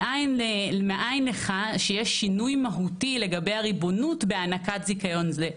מאין לך שיש שינוי מהותי לגבי הריבונות בהענקת זיכיון זה?"